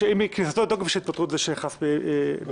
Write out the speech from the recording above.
כניסתו לתוקף של התפטרות זה שנכנס בנעליהם.